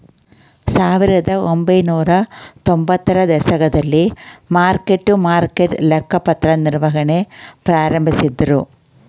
ಸಾವಿರದಒಂಬೈನೂರ ತೊಂಬತ್ತರ ದಶಕದಲ್ಲಿ ಮಾರ್ಕ್ ಟು ಮಾರ್ಕೆಟ್ ಲೆಕ್ಕಪತ್ರ ನಿರ್ವಹಣೆ ಪ್ರಾರಂಭಿಸಿದ್ದ್ರು